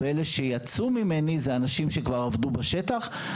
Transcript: ואלה שיצאו ממני אלה אנשים שכבר עבדו בשטח.